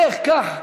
לך, קח.